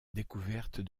découvertes